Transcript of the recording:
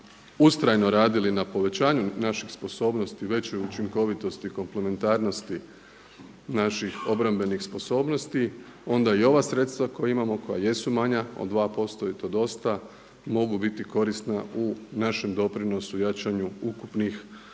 ustrajno radili na povećanju naših sposobnosti, većoj učinkovitosti i komplementarnosti naših obrambenih sposobnosti onda i ova sredstva koja imamo, koja jesu manja od 2% i to dosta mogu biti korisna u našem doprinosu, jačanju ukupnih,